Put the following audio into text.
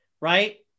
right